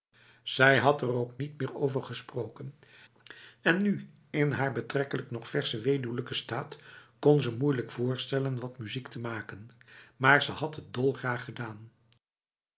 zij had er ook niet meer over gesproken en nu in haar betrekkelijk nog verse weduwlijke staat kon ze moeilijk voorstellen wat muziek te maken maar ze had het dolgraag gedaan